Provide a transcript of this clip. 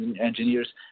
engineers